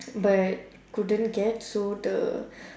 but couldn't get so the